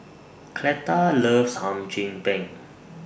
Cleta loves Hum Chim Peng